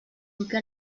duque